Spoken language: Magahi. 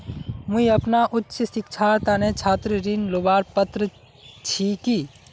मुई अपना उच्च शिक्षार तने छात्र ऋण लुबार पत्र छि कि?